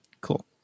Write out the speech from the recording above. Cool